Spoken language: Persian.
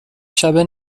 شبه